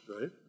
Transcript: right